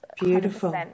Beautiful